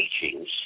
teachings